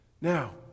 Now